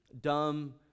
dumb